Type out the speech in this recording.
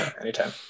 Anytime